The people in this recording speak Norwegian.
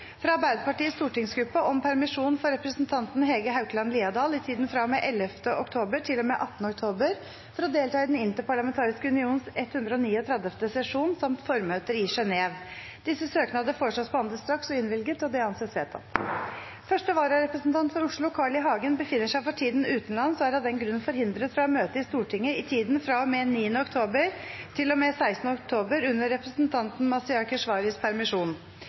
fra Arbeiderpartiets stortingsgruppe om permisjon for representanten Hege Haukeland Liadal i tiden fra og med 11. oktober til og med 18. oktober for å delta i Den interparlamentariske unions 139. sesjon, samt formøter, i Genève Disse søknadene foreslås behandlet straks og innvilget. – Det anses vedtatt. Første vararepresentant for Oslo, Carl I. Hagen , befinner seg for tiden utenlands og er av den grunn forhindret fra å møte i Stortinget i tiden fra og med 9. oktober til og med 16. oktober, under representanten Mazyar Keshvaris permisjon.